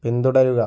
പിന്തുടരുക